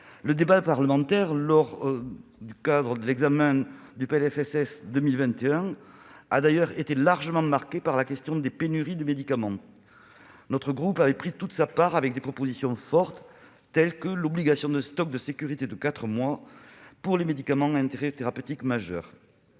Le débat parlementaire dans le cadre de l'examen du PLFSS 2021 a d'ailleurs été largement marqué par la question des pénuries de médicaments. Notre groupe avait pris toute sa part, avec des propositions fortes, telles que l'obligation d'un stock de sécurité de quatre mois, pour les médicaments à intérêt thérapeutique majeur.